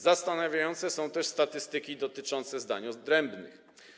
Zastanawiające są też statystyki dotyczące zdań odrębnych.